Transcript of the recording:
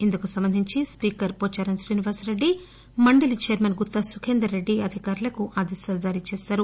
ఇందుకు సంబంధించి స్పీకర్ పోచారం శ్రీనివాస రెడ్డి మండలి చైర్మన్ గుత్తా సుఖేందర్రెడ్డి అధికారులను ఆదేశించారు